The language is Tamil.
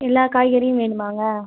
எல்லா காய்கறியும் வேணுமாங்க